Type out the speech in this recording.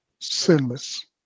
sinless